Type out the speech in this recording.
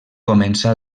començà